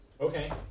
Okay